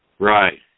Right